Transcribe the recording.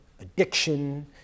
addiction